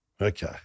okay